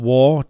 War